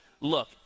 look